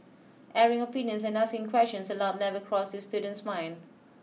airing opinions and asking questions aloud never crossed this student's mind